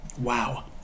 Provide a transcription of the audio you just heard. Wow